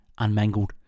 unmangled